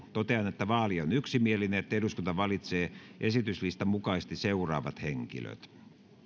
totean että vaali on yksimielinen ja että eduskunta valitsee ehdokaslistan mukaisesti seuraavat henkilöt